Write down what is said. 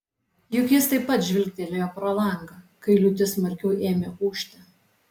juk jis taip pat žvilgtelėjo pro langą kai liūtis smarkiau ėmė ūžti